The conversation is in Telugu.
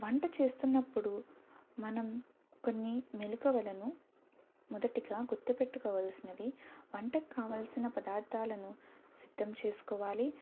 వంట చేస్తున్నప్పుడు మనం కొన్ని మెలకువలను మొదటగా గుర్తుపెట్టుకోవాల్సినవి వంటకు కావాల్సిన పదార్థాలను సిద్ధం చేసుకోవాలి